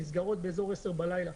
נסגרות באזור 22:00 בלילה,